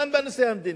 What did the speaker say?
גם בנושא המדיני.